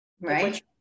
Right